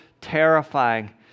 terrifying